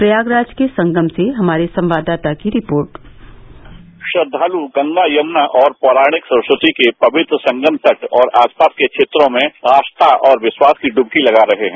प्रयागराज के संगम से हमारे संवाददाता की रिपोर्ट श्रद्वालु गंगा यमुना और पैराणिक सरस्वती के पवित्र संगम पट और आसपास के क्षेत्रों में आस्था और विश्वास की डुबकी लगा रहे है